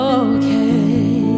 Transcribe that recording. okay